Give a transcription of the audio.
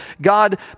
god